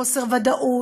וחוסר ודאות,